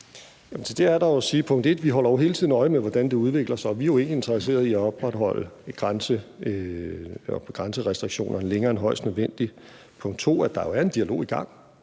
punkt 1, at vi hele tiden holder øje med, hvordan det udvikler sig, og vi er jo ikke interesseret i at opretholde grænserestriktionerne længere end højst nødvendigt, punkt 2, at der jo er en dialog i gang,